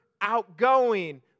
outgoing